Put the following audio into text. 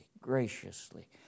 graciously